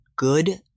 good